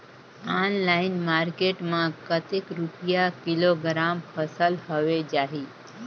Online market मां कतेक रुपिया किलोग्राम फसल हवे जाही?